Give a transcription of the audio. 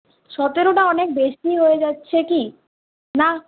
সতেরোটা অনেক বেশি হয়ে যাচ্ছে কি না